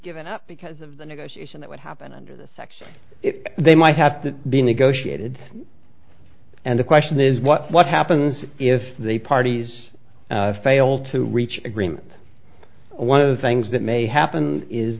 given up because of the negotiation that would happen under the section they might have to be negotiated and the question is what happens if the parties fail to reach agreement one of the things that may happen is